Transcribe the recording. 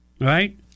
Right